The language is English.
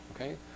okay